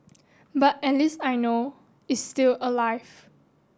but at least I know is still alive